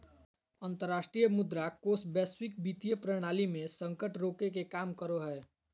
अंतरराष्ट्रीय मुद्रा कोष वैश्विक वित्तीय प्रणाली मे संकट रोके के काम करो हय